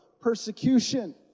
persecution